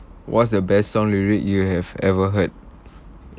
what's the best song lyric you have ever heard